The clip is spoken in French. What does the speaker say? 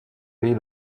pays